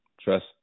trust